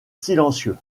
silencieux